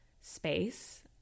space